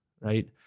right